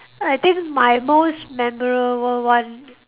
I think my most memorable one